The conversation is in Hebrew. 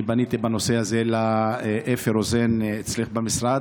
אני פניתי בנושא הזה לאפי רוזן אצלך במשרד,